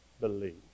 believe